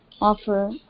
offer